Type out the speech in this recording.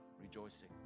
rejoicing